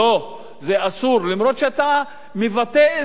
אף שאתה מבטא איזו דעה פוליטית,